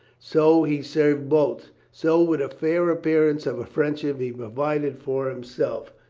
so he served both, so with a fair appearance of friendship he provided for himself.